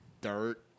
dirt